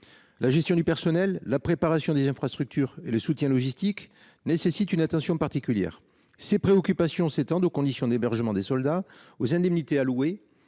La gestion du personnel, la préparation des infrastructures et le soutien logistique nécessitent une attention particulière. Ces préoccupations s’étendent aux conditions d’hébergement des soldats, aux indemnités allouées